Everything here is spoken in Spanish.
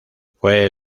fue